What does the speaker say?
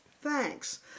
thanks